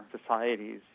societies